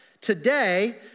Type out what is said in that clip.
Today